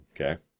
Okay